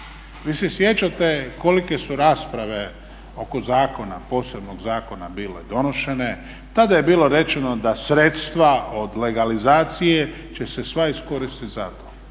Vi se sjećate kolike su rasprave oko zakona posebnog zakona bile donošene, tada je bilo rečeno da sredstva od legalizacije će se sva iskoristiti za to.